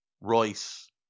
Royce